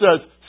says